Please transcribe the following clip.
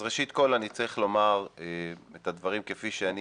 ראשית כל אני צריך לומר את הדברים כפי שאני